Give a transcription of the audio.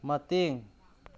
ꯃꯇꯦꯡ